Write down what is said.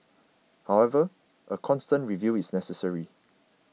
however a constant review is necessary